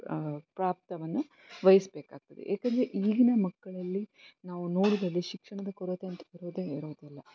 ಪ್ರಾಪ್ತವನ್ನು ವಹಿಸ್ಬೇಕಾಗ್ತದೆ ಏಕಂದರೆ ಈಗಿನ ಮಕ್ಕಳಲ್ಲಿ ನಾವು ನೋಡೋದಾದ್ರೆ ಶಿಕ್ಷಣದ ಕೊರತೆ ಅಂತೂ ಬರದೆ ಇರೋದಿಲ್ಲ